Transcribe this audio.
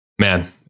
man